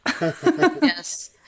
Yes